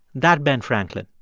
that ben franklin.